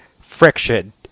friction